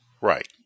Right